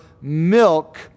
milk